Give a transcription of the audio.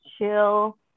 chill